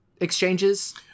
exchanges